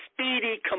speedy